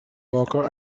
worker